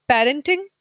Parenting